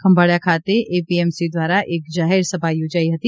ખંભાળીયા ખાતે એપીએમસી દ્વારા એક જાહેર સભા યોજાઈ હતી